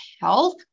health